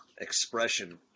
expression